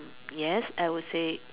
yes I would say